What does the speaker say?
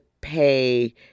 pay